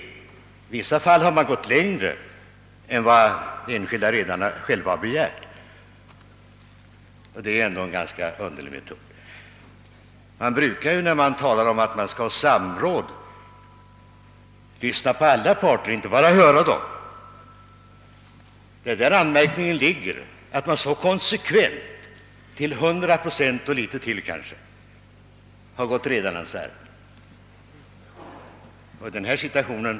I vissa fall har man gått längre än vad redarna begärt, och det är ändå en ganska underlig metod. Man brukar ju när man talar om att ha samråd ta hänsyn till alla parter och inte bara höra dem. Det är däri anmärkningen ligger, att man så konsekvent — till hundra procent och kanske litet till — har gått redarnas ärenden.